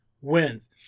wins